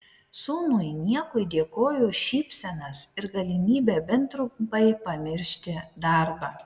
sūnui niekui dėkoju už šypsenas ir galimybę bent trumpai pamiršti darbą